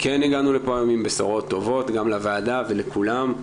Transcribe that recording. כן הגענו לפה היום עם בשורות טובות גם לוועדה ולכולם,